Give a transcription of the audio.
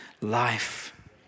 life